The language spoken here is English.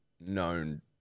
known